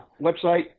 website